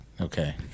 Okay